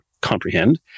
comprehend